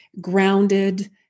grounded